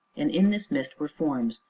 and in this mist were forms,